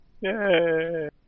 Yay